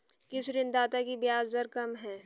किस ऋणदाता की ब्याज दर कम है?